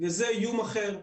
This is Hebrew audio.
וזה איום אחר.